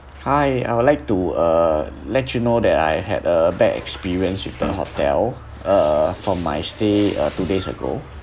hi I would like to uh let you know that I had a bad experience with the hotel uh for my stay uh two days ago